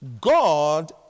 God